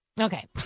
Okay